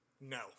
no